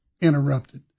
interrupted